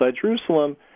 Jerusalem